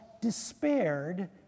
despaired